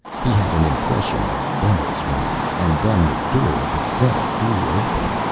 he had an impression of bells ringing. and then the door of his cell flew open.